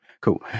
Cool